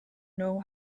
know